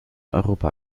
europa